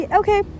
okay